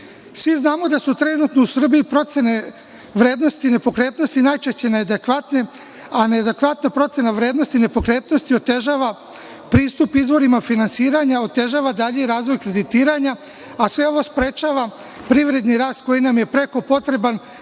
Svi znamo da su trenutno u Srbiji procene vrednosti nepokretnosti najčešće neadekvatnim, a neadekvatna procena vrednosti nepokretnosti otežava pristup izvorima finansiranja, otežava dalji razvoj kreditiranja, a sve ovo sprečava privredni rast koji nam je preko potreban